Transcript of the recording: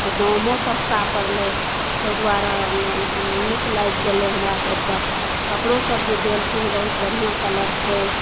आ दामो सस्ता पड़लै ताहि दुआरे हम नीक लागि गेलै हमरा तऽ ओहि पर कपड़ो सब जे देल छै ने बढ़िऑं कलर छै